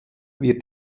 wird